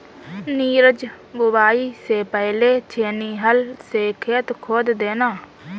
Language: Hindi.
नीरज बुवाई से पहले छेनी हल से खेत खोद देना